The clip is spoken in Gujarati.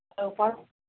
હાલો કોણ